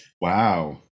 Wow